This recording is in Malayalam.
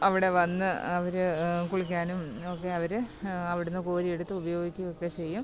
അവിടെ വന്ന് അവർ കുളിക്കാനും ഒക്കെ അവർ അവിടെന്ന് കോരിയെടുത്ത് ഉപയോഗിക്കുവൊക്കെ ചെയ്യും